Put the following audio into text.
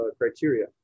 criteria